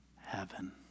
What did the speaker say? heaven